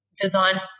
design